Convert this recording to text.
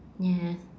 yes